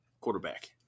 Quarterback